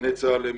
שקציני צה"ל הם